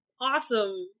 awesome